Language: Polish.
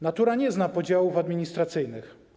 Natura nie zna podziałów administracyjnych.